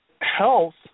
health